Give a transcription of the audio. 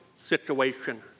situation